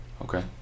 Okay